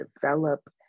develop